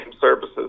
services